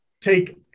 take